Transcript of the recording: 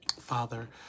Father